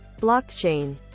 Blockchain